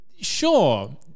sure